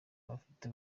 abadafite